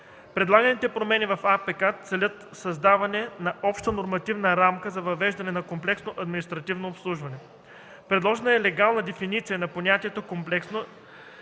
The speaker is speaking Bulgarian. кодекс целят създаване на обща нормативна рамка за въвеждането на комплексно административно обслужване. Предложена е легална дефиниция на понятието – комплексно